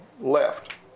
left